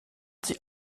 sie